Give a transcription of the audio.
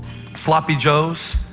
sloppy joes.